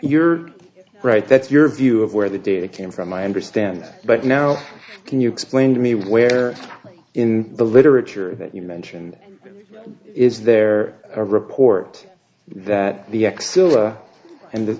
you're right that's your view of where the data came from i understand but now can you explain to me where in the literature that you mention is there a report that the x and the